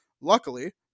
Luckily